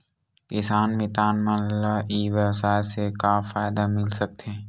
किसान मितान मन ला ई व्यवसाय से का फ़ायदा मिल सकथे?